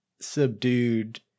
subdued